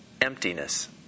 emptiness